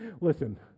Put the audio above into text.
listen